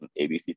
ABC